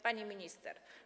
Pani Minister!